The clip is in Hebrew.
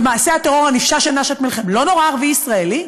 במעשה הטרור הנפשע של נשאת מלחם לא נורה ערבי ישראלי?